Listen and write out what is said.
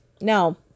No